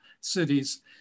cities